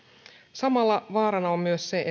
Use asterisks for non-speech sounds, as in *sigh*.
samalla vaarana on myös se *unintelligible*